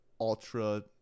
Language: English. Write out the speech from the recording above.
ultra